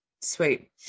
Sweet